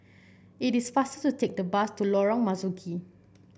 it is faster to take the bus to Lorong Marzuki